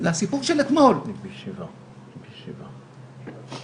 שמהיום